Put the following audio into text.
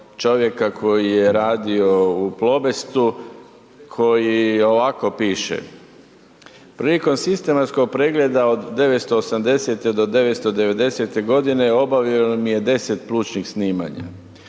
čovjeka koji je radio u Plobestu koji ovako piše: „Prilikom sistematskog pregleda od 1980.-te do 1990. obavio mi je 10 plućnih snimanja.